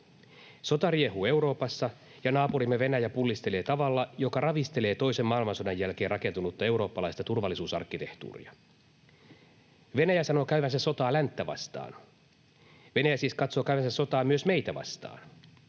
Sota riehuu Euroopassa, ja naapurimme Venäjä pullistelee tavalla, joka ravistelee toisen maailmansodan jälkeen rakentunutta eurooppalaista turvallisuusarkkitehtuuria. Venäjä sanoo käyvänsä sotaa länttä vastaan. Venäjä siis katsoo käyvänsä sotaa myös meitä vastaan.